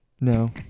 No